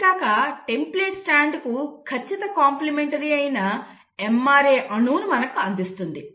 అంతేకాక టెంప్లేట్ స్ట్రాండ్కు ఖచ్చిత కాంప్లిమెంటరీ అయిన mRNA అణువును మనకు అందిస్తుంది